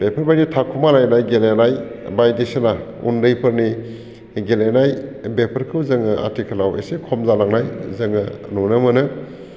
बेफोरबायदि थाखुमालायनाय गेलेनाय बायदिसिना उन्दैफोरनि गेलेनाय बेफोरखौ जोङो आथिखालाव एसे खम जालांनाय जोङो नुनो मोनो